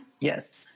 Yes